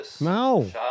No